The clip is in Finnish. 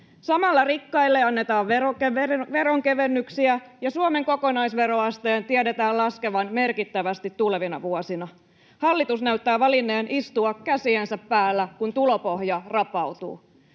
Samalla rikkaille annetaan veronkevennyksiä, ja Suomen kokonaisveroasteen tiedetään laskevan merkittävästi tulevina vuosina. Hallitus näyttää valinneen istua käsiensä päällä, kun tulopohja rapautuu.